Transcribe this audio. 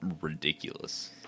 ridiculous